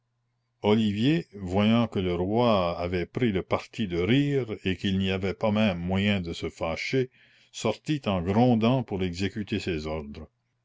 olivier voyant que le roi avait pris le parti de rire et qu'il n'y avait pas même moyen de le fâcher sortit en grondant pour exécuter ses ordres